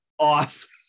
Awesome